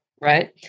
Right